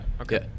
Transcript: Okay